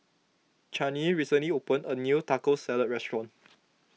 Chanie recently opened a new Taco Salad restaurant